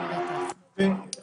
אנחנו איתך.